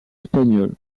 espagnole